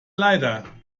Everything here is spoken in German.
leider